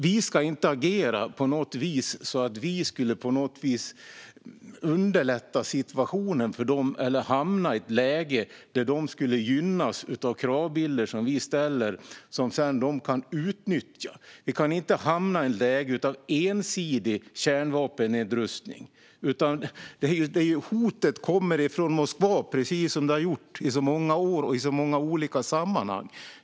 Vi ska inte på något vis agera så att vi på något sätt skulle kunna underlätta situationen för Ryssland eller hamna i ett läge där landet skulle gynnas av kravbilder som vi ställer och som de sedan kan utnyttja. Vi kan inte hamna i ett läge av ensidig kärnvapennedrustning. Hotet kommer från Moskva, precis som det har gjort i så många år och i så många olika sammanhang.